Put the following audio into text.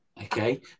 okay